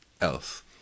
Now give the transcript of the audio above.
else